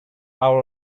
our